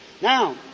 Now